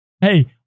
hey